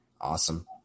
Awesome